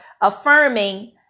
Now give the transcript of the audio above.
affirming